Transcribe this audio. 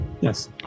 Yes